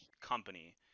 company